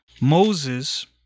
Moses